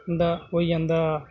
उं'दा होई जंदा